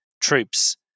troops